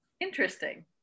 interesting